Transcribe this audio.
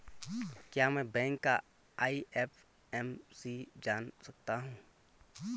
क्या मैं बैंक का आई.एफ.एम.सी जान सकता हूँ?